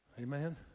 Amen